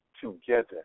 together